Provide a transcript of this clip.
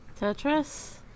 Tetris